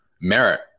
Merit